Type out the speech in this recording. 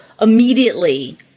immediately